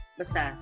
basta